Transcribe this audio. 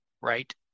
right